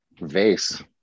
vase